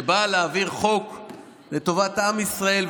שבאה להעביר חוק לטובת עם ישראל,